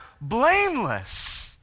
blameless